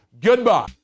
Goodbye